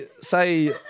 say